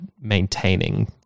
maintaining